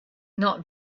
not